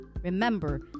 remember